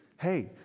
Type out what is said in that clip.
hey